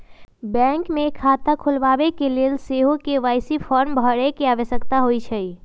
bank मे खता खोलबाबेके लेल सेहो के.वाई.सी फॉर्म भरे के आवश्यकता होइ छै